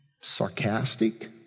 sarcastic